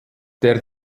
der